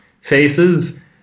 faces